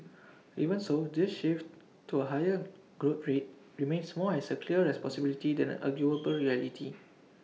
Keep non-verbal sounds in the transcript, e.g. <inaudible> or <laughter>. even so this shift to A higher growth rate remains more as A clear as possibility than an <noise> unarguable reality